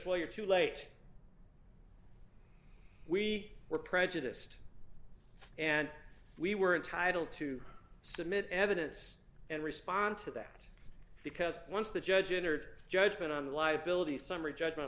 well you're too late we were prejudiced and we were entitled to submit evidence and respond to that because once the judge entered judgment on liability summary judgment